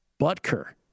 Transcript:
Butker